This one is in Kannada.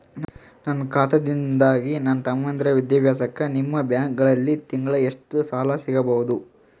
ನನ್ನ ಖಾತಾದಾಗಿಂದ ನನ್ನ ತಮ್ಮಂದಿರ ವಿದ್ಯಾಭ್ಯಾಸಕ್ಕ ನಿಮ್ಮ ಬ್ಯಾಂಕಲ್ಲಿ ತಿಂಗಳ ಎಷ್ಟು ಸಾಲ ಸಿಗಬಹುದು?